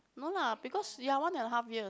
no lah because ya one and half year